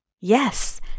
Yes